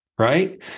right